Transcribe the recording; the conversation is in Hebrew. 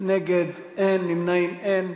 נגד, 6. נמנעים, אין.